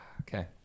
Okay